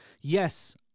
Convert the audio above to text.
yes